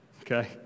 okay